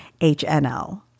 HNL